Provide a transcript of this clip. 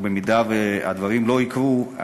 אם הדברים לא יקרו,